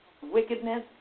wickedness